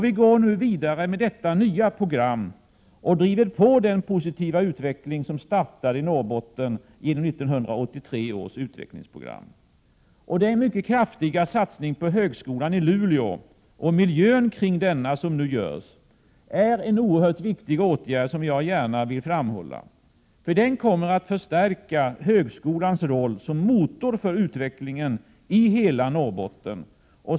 Vi går nu vidare med detta nya program och driver på den positiva utveckling som startade i Norrbotten genom 1983 års utvecklingsprogram. Den mycket kraftiga satsning på högskolan i Luleå och miljön kring denna som nu görs är en oerhört viktig åtgärd som jag gärna vill framhålla, för den kommer att förstärka högskolans roll som motor för utvecklingen i hela Norrbotten.